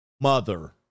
mother